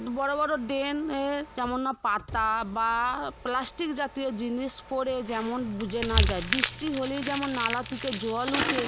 বড়ো বড়ো ড্রেনে পাতা বা প্লাস্টিক জাতীয় জিনিস পরে যেমন বুজে না যায় বৃষ্টি হলেই যেমন নালা থেকে জল উঠে